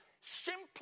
simply